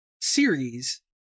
series